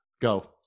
Go